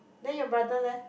then your brother leh